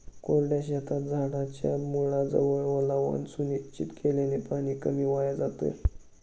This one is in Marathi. कोरड्या शेतात झाडाच्या मुळाजवळ ओलावा सुनिश्चित केल्याने पाणी कमी वाया जातं